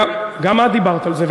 גם את דיברת על זה,